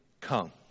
come